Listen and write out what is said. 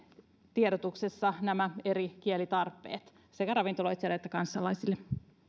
tiedotuksessa nämä eri kielitarpeet sekä ravintoloitsijoille että kansalaisille